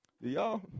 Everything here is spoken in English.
Y'all